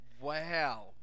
wow